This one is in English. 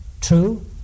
True